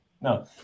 No